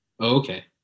Okay